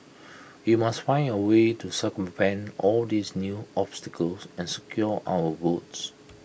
we must find A way to circumvent all these new obstacles and secure our votes